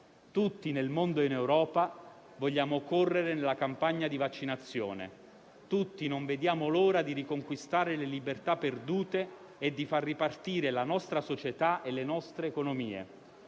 Tutti, nel mondo e in Europa, vogliamo correre nella campagna di vaccinazione. Tutti non vediamo l'ora di riconquistare le libertà perdute e di far ripartire la nostra società e le nostre economie.